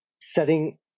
setting